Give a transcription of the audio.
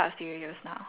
okay ya